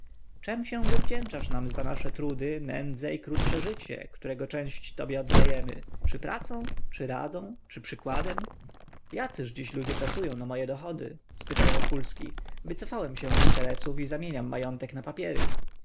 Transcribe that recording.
czem się wywdzięczasz nam za nasze trudy nędzę i krótsze życie którego część tobie oddajemy czy pracą czy radą czy przykładem jacyż dziś ludzie pracują na moje dochody spytał wokulski wycofałem się z interesów i zamieniam majątek na papiery